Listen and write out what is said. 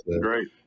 Great